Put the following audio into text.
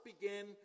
begin